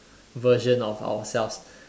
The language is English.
version of ourselves